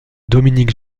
dominique